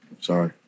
sorry